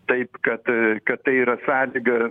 taip kad kad tai yra sąlyga